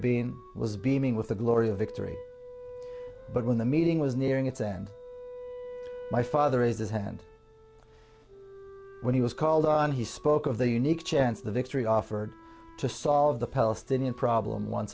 being was beaming with the glory of victory but when the meeting was nearing its end my father is this hand when he was called on he spoke of the unique chance the victory offered to solve the palestinian problem once